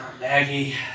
Maggie